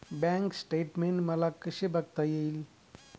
Bank statement मला कसे बघता येईल?